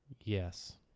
Yes